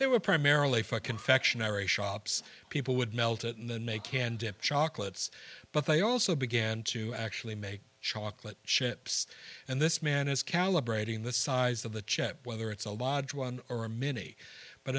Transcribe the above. they were primarily for confectionery shops people would melt it in the neck can dip chocolates but they also began to actually make chocolate chips and this man is calibrating the size of the chip whether it's a large one or a mini but